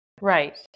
Right